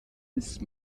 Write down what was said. ist